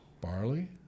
barley